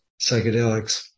psychedelics